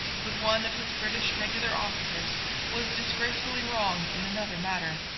but one of his british regular officers was disgracefully wrong in another matter.